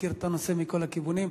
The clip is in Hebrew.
שמכיר את הנושא מכל הכיוונים.